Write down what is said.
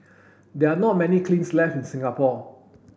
there are not many kilns left in Singapore